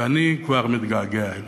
ואני כבר מתגעגע אליו.